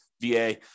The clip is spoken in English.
VA